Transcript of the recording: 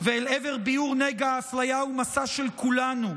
ואל עבר ביעור נגע האפליה הוא מסע של כולנו,